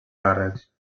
càrrecs